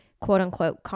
quote-unquote